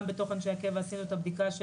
גם בתוך אנשי הקבע עשינו את הבדיקה של